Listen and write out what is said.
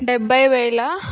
డెబ్భై వేల